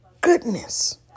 goodness